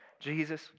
Jesus